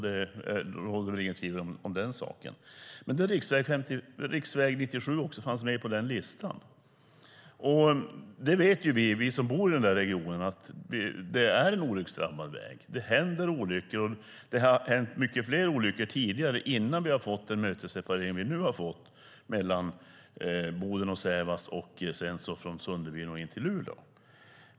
Det råder inget tvivel om den saken. Men riksväg 97 fanns också med på den listan. Vi som bor i regionen vet att det är en olycksdrabbad väg. Det händer olyckor, och det har hänt många fler olyckor tidigare innan vi fick den mötesseparering som vi nu har fått mellan Boden och Sävast och från Sunderbyn till Luleå.